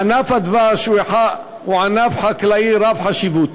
ענף הדבש הוא ענף חקלאי רב-חשיבות.